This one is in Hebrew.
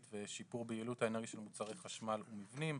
ושיפור ביעילות האנרגיה של מוצרי חשמל ומבנים.